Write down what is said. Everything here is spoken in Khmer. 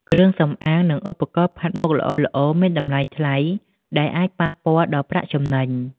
គ្រឿងសម្អាង និងឧបករណ៍ផាត់មុខល្អៗមានតម្លៃថ្លៃ ដែលអាចប៉ះពាល់ដល់ប្រាក់ចំណេញ។